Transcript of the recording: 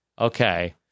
Okay